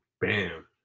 bam